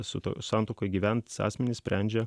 su ta santuoka gyvens asmenys sprendžia